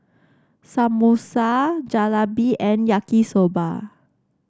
Samosa Jalebi and Yaki Soba